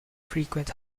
frequent